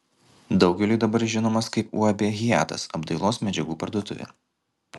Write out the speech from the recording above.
daugeliui dabar žinomas kaip uab hiatas apdailos medžiagų parduotuvė